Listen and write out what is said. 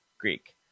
Greek